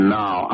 now